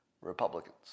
Republicans